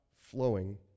flowing